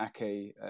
Ake